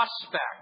prospect